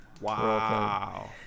Wow